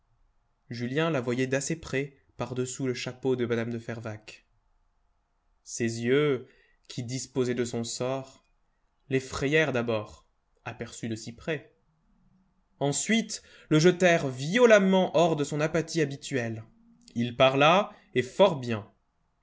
julien la voyait d'assez près par-dessous le chapeau de mme de fervaques ces yeux qui disposaient de son sort l'effrayèrent d'abord aperçus de si près ensuite le jetèrent violemment hors de son apathie habituelle il parla et fort bien